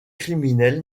criminel